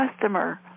customer